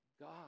God